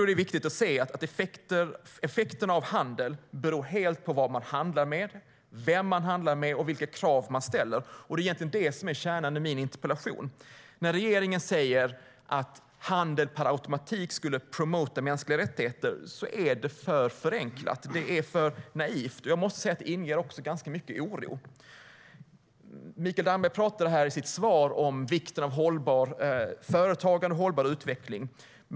Det är viktigt att se att effekten av handel helt beror på vad man handlar med, vem man handlar med och vilka krav man ställer. Detta är kärnan i min interpellation. Att regeringen säger att handel per automatik promotar mänskliga rättigheter är förenklat och naivt, och det inger oro. Mikael Damberg talade i sitt svar om vikten av hållbart företagande och hållbar utveckling.